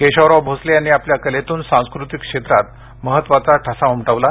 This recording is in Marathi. केशवराव भोसले यांनी आपल्या कलेतून सांस्कृतिक क्षेत्रात महत्वाचा ठसा उमटविला